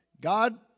god